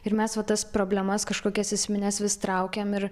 ir mes va tas problemas kažkokias esmines vis traukiam ir